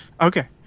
Okay